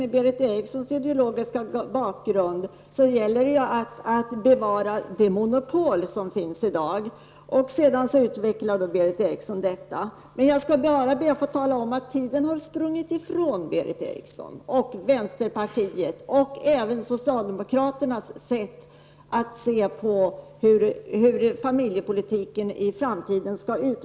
Med Berith Erikssons ideologiska bakgrund gäller det ju att bevara det monopol som i dag finns. Det utvecklade Berith Eriksson. Jag skall bara be att få tala om att tiden har sprungit ifrån Berith Eriksson och vänsterpartiet, och även socialdemokraternas sätt att se på familjepolitiken i framtiden.